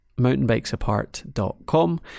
mountainbikesapart.com